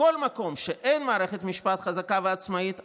בכל מקום שאין מערכת משפט חזקה ועצמאית,